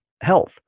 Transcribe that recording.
health